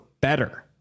better